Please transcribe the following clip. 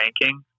ranking